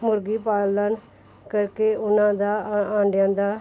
ਮੁਰਗੀ ਪਾਲਣ ਕਰਕੇ ਉਹਨਾਂ ਦਾ ਆ ਆਂਡਿਆਂ ਦਾ